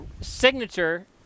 signature